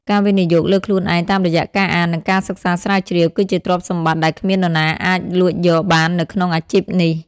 ការវិនិយោគលើខ្លួនឯងតាមរយៈការអាន និងការសិក្សាស្រាវជ្រាវ គឺជាទ្រព្យសម្បត្តិដែលគ្មាននរណាអាចលួចយកបាននៅក្នុងអាជីពនេះ។